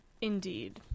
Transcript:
indeed